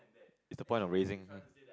is the point of raising